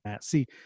see